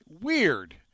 weird